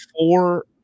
Four